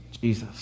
Jesus